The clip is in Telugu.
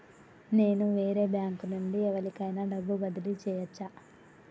నేను వేరే బ్యాంకు నుండి ఎవలికైనా డబ్బు బదిలీ చేయచ్చా?